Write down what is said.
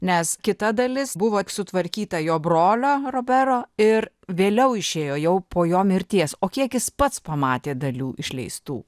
nes kita dalis buvo sutvarkyta jo brolio robero ir vėliau išėjo jau po jo mirties o kiek jis pats pamatė dalių išleistų